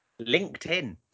LinkedIn